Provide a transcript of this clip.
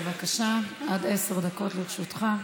בבקשה, עד עשר דקות לרשותך.